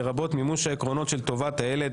לרבות מימוש העקרונות של טובת הילד,